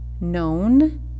known